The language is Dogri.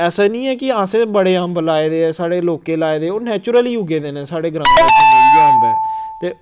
ऐसा निं ऐ कि असें बड़े अम्ब लाए दे ऐ साढ़े लोकें लाए दे ओह् नैचुरली उग्गे दे न साढ़े ग्रां ते